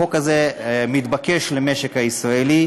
החוק הזה מתבקש למשק הישראלי,